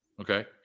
Okay